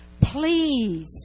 please